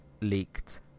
leaked